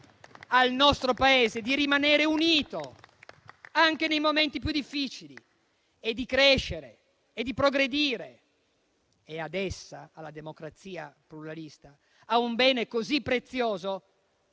al nostro Paese di rimanere unito anche nei momenti più difficili e di crescere e progredire. Ad essa, alla democrazia pluralista, a un bene così prezioso,